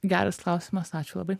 geras klausimas ačiū labai